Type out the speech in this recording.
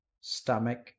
stomach